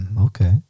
Okay